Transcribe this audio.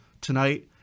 tonight